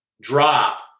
drop